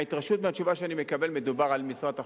מההתרשמות מהתשובה שאני מקבל מדובר על משרד התחבורה.